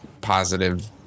positive